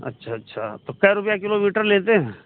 अच्छा अच्छा तो कै रुपया किलोमीटर लेते हैं